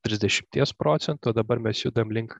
trisdešimties procentų o dabar mes judam link